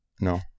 No